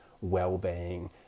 well-being